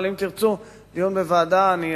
אבל אם תרצו דיון בוועדה, אני אשמח.